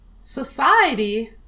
Society